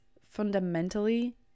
fundamentally